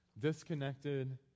disconnected